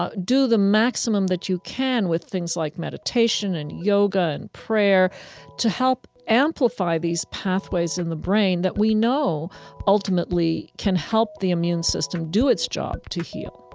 ah do the maximum that you can with things like meditation and yoga and prayer to help amplify these pathways in the brain that we know ultimately can help the immune system do its job to heal